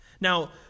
now